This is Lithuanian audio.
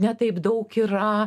ne taip daug yra